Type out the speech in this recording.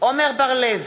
עמר בר-לב,